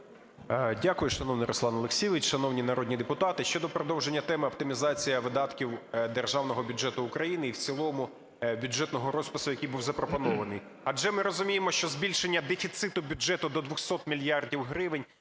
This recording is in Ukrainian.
Дякую, шановний Руслан Олексійович. Шановні народні депутати, щодо продовження теми оптимізації видатків Державного бюджету України і в цілому бюджетного розпису, який був запропонований. Адже ми розуміємо, що збільшення дефіциту бюджету до 200 мільярдів гривень